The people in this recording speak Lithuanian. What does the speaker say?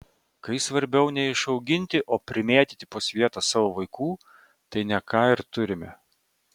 kai svarbiau ne išauginti o primėtyti po svietą savo vaikų tai ne ką ir turime